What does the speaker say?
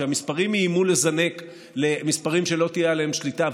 כשהמספרים איימו לזנק למספרים שלא תהיה עליהם שליטה,